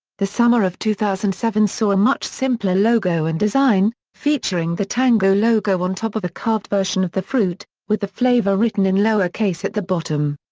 the summer of two thousand and seven saw a much simpler logo and design, featuring the tango logo on top of a carved version of the fruit, with the flavour written in lower case at the bottom.